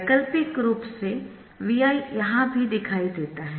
वैकल्पिक रूप से Vi यहां भी दिखाई देता है